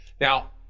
Now